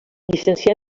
llicencià